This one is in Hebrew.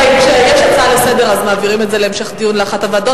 הרי כשיש הצעה לסדר-היום מעבירים את זה להמשך דיון לאחת הוועדות.